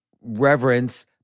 reverence